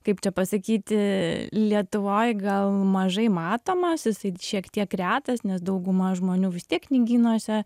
kaip čia pasakyti lietuvoj gal mažai matomas jisai šiek tiek retas nes dauguma žmonių vis tiek knygynuose